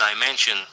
dimension